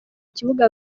kibuga